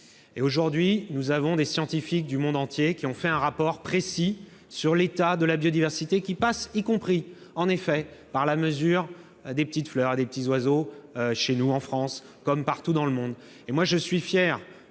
Or, aujourd'hui, des scientifiques du monde entier ont fait un rapport précis sur l'état de la biodiversité ; cela passe, en effet, par la mesure des petites fleurs et des petits oiseaux, chez nous, en France, comme partout dans le monde.